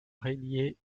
régné